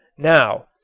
now,